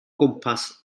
gwmpas